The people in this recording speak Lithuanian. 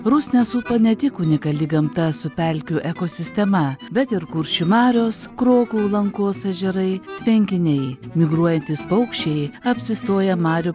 rusnę supa ne tik unikali gamta su pelkių ekosistema bet ir kuršių marios krokų lankos ežerai tvenkiniai migruojantys paukščiai apsistoja marių